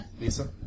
Lisa